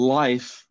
life